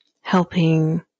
helping